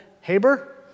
Haber